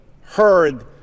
heard